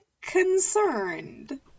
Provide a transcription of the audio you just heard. concerned